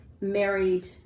married